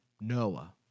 Noah